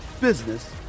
business